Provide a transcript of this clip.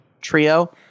trio